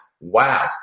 Wow